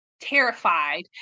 terrified